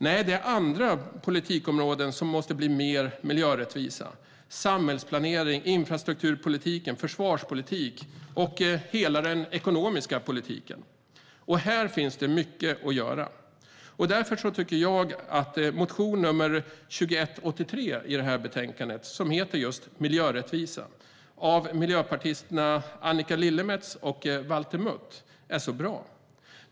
Nej, det är andra politikområden som måste bli mer miljörättvisa: samhällsplanering, infrastrukturpolitik, försvarspolitik och hela den ekonomiska politiken. Här finns mycket att göra. Därför tycker jag att motion 2183 i betänkandet, om just miljörättvisa, av miljöpartisterna Annika Lillemets och Valter Mutt, är bra.